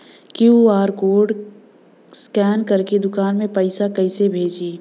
QR code scan करके दुकान में पैसा कइसे भेजी?